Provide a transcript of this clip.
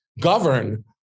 govern